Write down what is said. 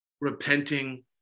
repenting